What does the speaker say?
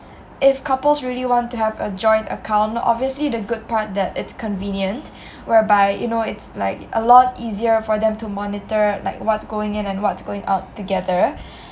if couples really want to have a joint account obviously the good part that it's convenient whereby you know it's like a lot easier for them to monitor like what's going in and what's going out together